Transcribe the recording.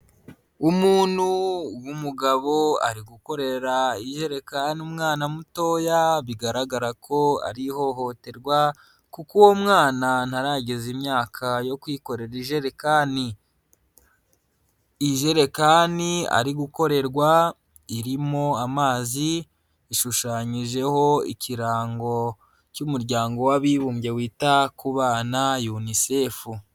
Umuntu w'umugabo ari gukorera ijerekana umwana mutoya bigaragara ko ari ihohoterwa, kuko uwo mwana ntarageza imyaka yo kwikorera ijerekani. Ijerekani ari gukorerwa irimo amazi, ishushanyijeho ikirango cy'Umuryango w'Abibumbye wita ku Bana UNICEF.